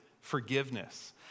forgiveness